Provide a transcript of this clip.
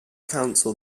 council